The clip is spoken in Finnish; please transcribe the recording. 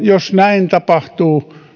jos näin tapahtuu